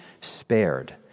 spared